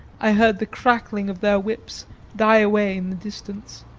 i heard the cracking of their whips die away in the distance.